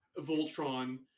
Voltron